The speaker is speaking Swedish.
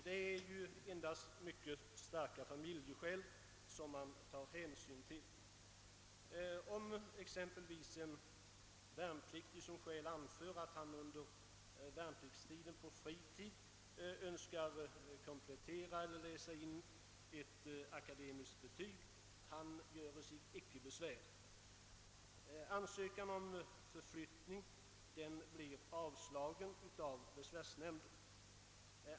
Man tar endast hänsyn till mycket starka familjeskäl. Exempelvis en värnpliktig, vilken såsom skäl anför att han under värnpliktstiden på fritid önskar komplettera eller läsa på ett akademiskt betyg, göre sig inte besvär. Ansökan om förflyttning blir avslagen av besvärsnämnden.